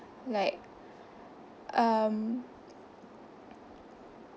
like um